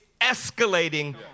escalating